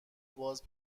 باز